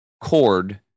cord